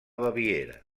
baviera